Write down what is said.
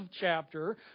chapter